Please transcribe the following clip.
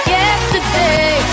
yesterday